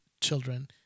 children